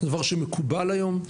דבר שמקובל היום.